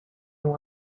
uma